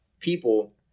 people